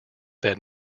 that